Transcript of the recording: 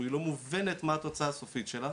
היא לא מובנת מה התוצאה הסופית שלה,